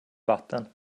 vatten